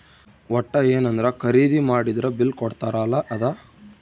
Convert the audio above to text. ವಟ್ಟ ಯೆನದ್ರ ಖರೀದಿ ಮಾಡಿದ್ರ ಬಿಲ್ ಕೋಡ್ತಾರ ಅಲ ಅದ